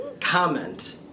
comment